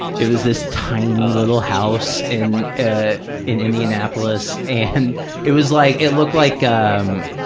it was this tiny little house in ah in indianapolis, and it was like, it looked like um